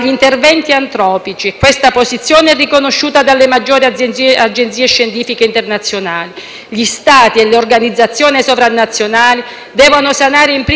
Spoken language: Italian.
Gli Stati e le organizzazioni sovranazionali devono sanare, *in primis*, la grande frattura che esiste tra le risultanze scientifiche e il mondo politico e proprio dalla scienza